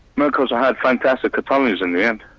because i had fantastic attorneys in the end,